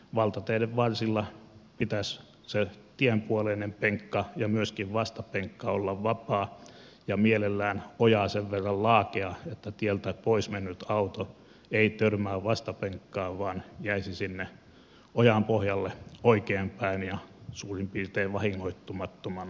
valtateiden varsilla pitäisi tienpuoleisen penkan ja myöskin vastapenkan olla vapaa ja mielellään ojan sen verran laakea että tieltä pois mennyt auto ei törmää vastapenkkaan vaan jäisi ojanpohjalle oikein päin ja suurin piirtein vahingoittumattomana